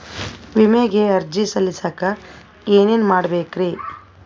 ವಿಮೆಗೆ ಅರ್ಜಿ ಸಲ್ಲಿಸಕ ಏನೇನ್ ಮಾಡ್ಬೇಕ್ರಿ?